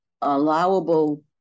allowable